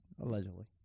Allegedly